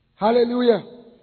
Hallelujah